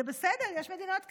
זה בסדר, יש מדינות כאלה.